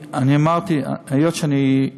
אמרתי, היות שאני,